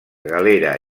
galera